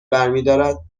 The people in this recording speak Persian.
برمیدارد